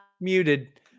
muted